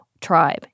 Tribe